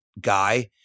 guy